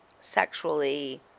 sexually